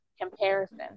comparison